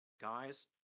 Guys